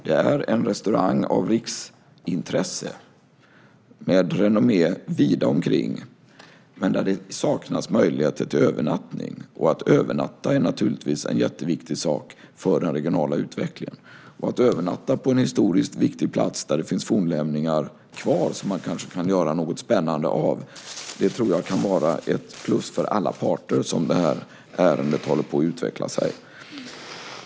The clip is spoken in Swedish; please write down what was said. Det är en restaurang av riksintresse med renommé vida omkring men där det saknas möjligheter till övernattning. Att människor kan övernatta är naturligtvis en jätteviktig sak för den regionala utvecklingen. Att kunna övernatta på en historiskt viktig plats där det finns fornlämningar kvar som man kanske kan göra något spännande av tror jag kan vara ett plus för alla parter, som det här ärendet håller på att utveckla sig.